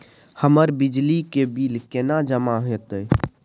हमर बिजली के बिल केना जमा होते?